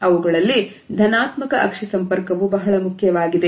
ಅವುಗಳಲ್ಲಿ ಧನಾತ್ಮಕ ಅಕ್ಷಿ ಸಂಪರ್ಕವು ಬಹಳ ಮುಖ್ಯವಾಗಿದೆ